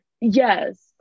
yes